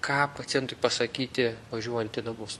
ką pacientui pasakyti važiuojant į namus